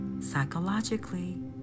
psychologically